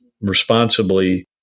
responsibly